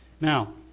Now